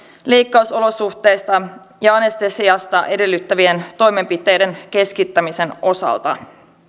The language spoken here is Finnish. leikkaussaliolosuhteita ja anestesiaa edellyttävien toimenpiteiden keskittämisen osalta